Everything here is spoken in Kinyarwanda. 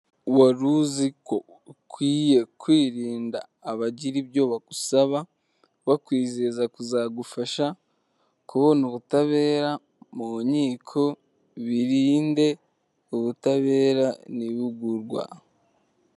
Wari uzi ko ukwiye kwirinda abagira ibyo bagusaba, bakwizeza kuzagufasha, kubona ubutabera mu nkiko? Birinde ubutabera ntibugurwa.